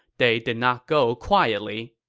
they did not go quietly.